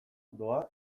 doa